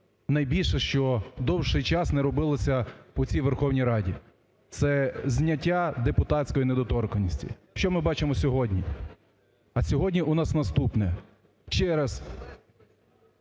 найбільше, що довший час не робилось в цій Верховній Раді. Це зняття депутатської недоторканності. Що ми бачимо сьогодні? А сьогодні у нас наступне.